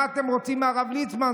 אז מה אתם רוצים מהרב ליצמן,